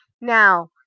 Now